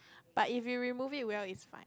but if you remove it well is fine